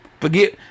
forget